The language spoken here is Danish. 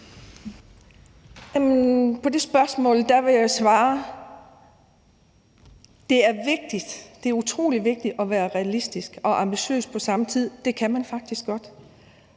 På det spørgsmål vil jeg svare, at det er utrolig vigtigt at være realistisk og ambitiøs på samme tid – det kan man faktisk godt.